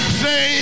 say